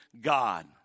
God